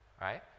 right